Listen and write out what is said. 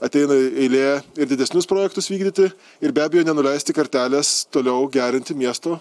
ateina eilė ir didesnius projektus vykdyti ir be abejo nenuleisti kartelės toliau gerinti miesto